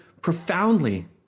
profoundly